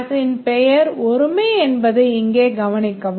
கிளாஸ்ஸின் பெயர் ஒருமை என்பதை இங்கே கவனிக்கவும்